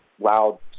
loud